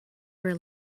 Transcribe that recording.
were